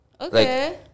Okay